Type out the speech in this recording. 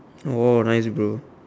oh nice bro